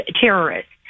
terrorists